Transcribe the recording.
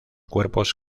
cuerpos